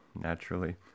naturally